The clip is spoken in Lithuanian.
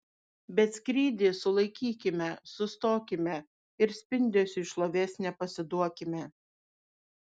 bet skrydį sulaikykime sustokime ir spindesiui šlovės nepasiduokime